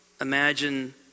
imagine